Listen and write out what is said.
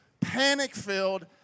panic-filled